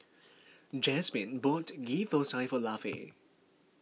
Jazmine bought Ghee Thosai for Lafe